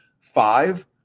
five